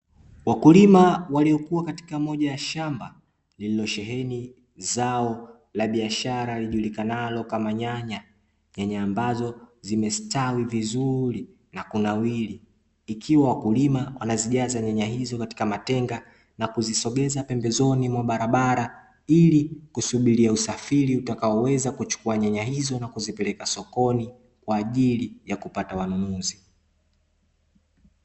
Wakulima waliokua katika moja ya shamba lilosheheni zao la biashara lijulikanalo kama nyanya, nyanya ambazo zimestawi vizuri na kunawiri, ikiwa wakulima wanazjijaza nyanya hizo katika matenga na kuzisogeza pembezoni mwa barabara ili kusubiri usafiri utakao weza kuchukua nyanya hizo na kuzipeleka sokon kwaajili ya kupata wanunuzi.